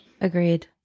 Agreed